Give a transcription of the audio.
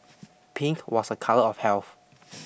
pink was a colour of health